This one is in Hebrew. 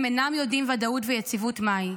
אינם יודעים ודאות ויציבות מה היא.